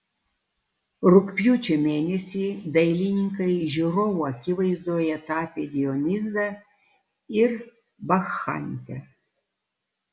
rugpjūčio mėnesį dailininkai žiūrovų akivaizdoje tapė dionizą ir bakchantę